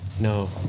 No